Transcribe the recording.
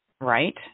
Right